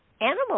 animals